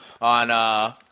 on